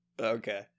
Okay